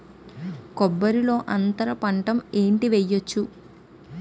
కొబ్బరి లో అంతరపంట ఏంటి వెయ్యొచ్చు?